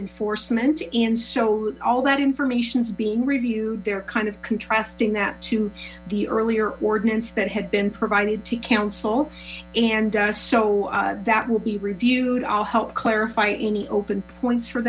enforcement and so all that information is being reviewed they're kind of contrasting that to the earlier ordinance that had been provided to council and so that will be reviewed i'll help clarify any open points for